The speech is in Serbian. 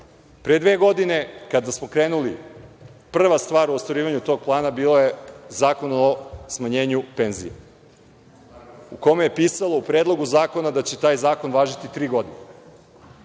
Pre dve godine, kada smo krenuli, prva stvar u ostvarivanju tog plana bila je Zakon o smanjenju penzija u kome je pisalo u Predlogu zakona da će taj zakon važiti tri godine.